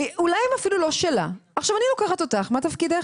אולי הן אפילו לא שלה, אני לוקחת אותך, מה תפקידך?